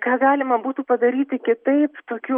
ką galima būtų padaryti kitaip tokių